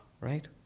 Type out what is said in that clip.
Right